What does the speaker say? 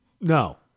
No